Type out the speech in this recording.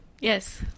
Yes